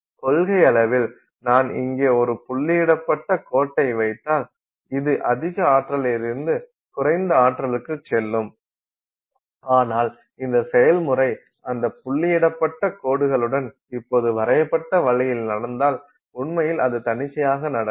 கொள்கையளவில் நான் இங்கே ஒரு புள்ளியிடப்பட்ட கோட்டை வைத்தால் இது அதிக ஆற்றலிலிருந்து குறைந்த ஆற்றலுக்குச் செல்லும் ஆனால் அந்த செயல்முறை அந்த புள்ளியிடப்பட்ட கோடுடன் இப்போது வரையப்பட்ட வழியில் நடந்தால் உண்மையில் அது தன்னிச்சையாக நடக்கும்